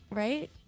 right